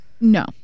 No